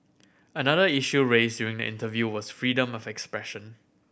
another issue raised during the interview was freedom of expression